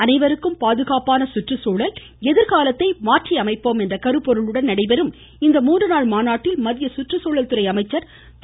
அனைவருக்கும் பாதுகாப்பான சுற்றுச்சூழல் எதிர்காலத்தை மாற்றியமைப்போம் என்ற கருப்பொருளுடன் நடைபெறும் இந்த மூன்று நாள் மாநாட்டில் மத்திய சுற்றுச்சூழல்துறை அமைச்சர் திரு